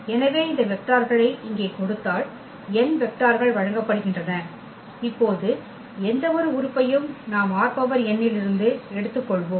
எனவே இந்த வெக்டார்களை இங்கே கொடுத்தால் n வெக்டார்கள் வழங்கப்படுகின்றன இப்போது எந்தவொரு உறுப்பையும் நாம் ℝn இதிலிருந்து எடுத்துக் கொள்வோம்